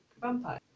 vampire